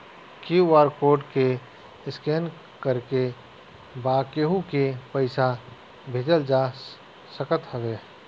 QR code के scan करके बा केहू के पईसा भेजल जा सकत हवे